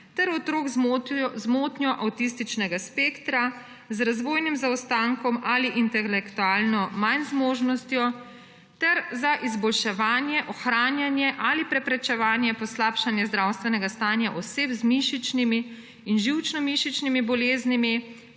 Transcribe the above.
ter otrok z motnjo avtističnega spektra, z razvojnim zaostankom ali intelektualno manjzmožnostjo ter za izboljševanje, ohranjanje ali preprečevanje poslabšanja zdravstvenega stanja oseb z mišičnimi in živčno-mišičnimi boleznimi,